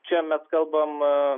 čia mes kalbam